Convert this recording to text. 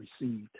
received